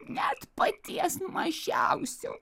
net paties mažiausio